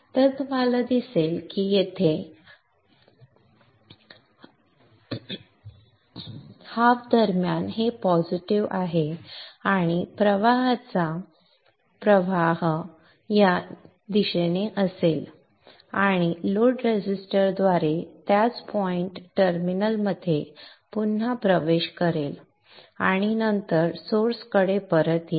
तर आपल्याला दिसेल की येथे निगेटिव्ह हाफ दरम्यान हे पॉझिटिव्ह आहे आणि प्रवाहाचा प्रवाह या दिशेने असेल आणि लोड रेझिस्टर द्वारे त्याच पॉइंट टर्मिनलमध्ये पुन्हा प्रवेश करेल आणि नंतर सोर्स कडे परत येईल